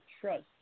trust